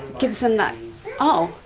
gives them that oh,